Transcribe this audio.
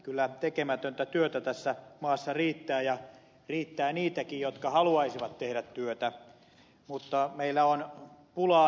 kyllä tekemätöntä työtä tässä maassa riittää ja riittää niitäkin jotka haluaisivat tehdä työtä mutta meillä on pulaa työnantajista